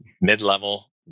mid-level